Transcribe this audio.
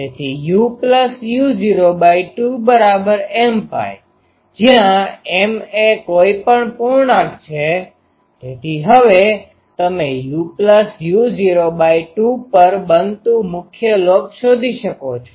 તેથી uu૦2mπ જ્યાં m એ કોઈપણ પૂર્ણાંક છે તેથી હવે તમે uu૦2 પર બનતું મુખ્ય લોબ શોધી શકો છો